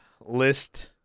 list